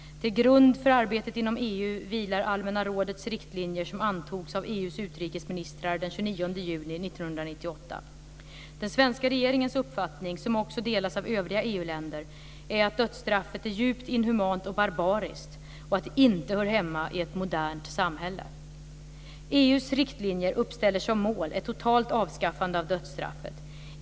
Till grund för arbetet inom EU vilar Allmänna rådets riktlinjer, som antogs av EU:s utrikesministrar den 29 juni 1998. Den svenska regeringens uppfattning, som också delas av övriga EU-länder, är att dödsstraffet är djupt inhumant och barbariskt och att det inte hör hemma i ett modernt samhälle. EU:s riktlinjer uppställer som mål ett totalt avskaffande av dödsstraffet.